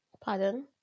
Pardon